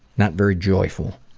not very joyful.